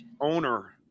owner